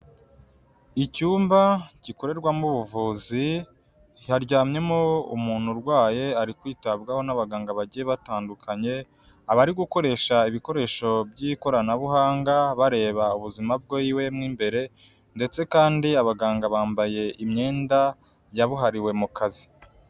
Icyumba gikorerwamo ubuvuzi, haryamyemo umuntu urwaye ari kwitabwaho n'abaganga bagiye batandukanye, abari gukoresha ibikoresho by'ikoranabuhanga bareba ubuzima bwiwe mo imbere ndetse kandi abaganga bambaye imyenda yabuhariwe mu kazi.